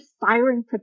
firing